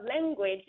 language